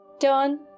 Turn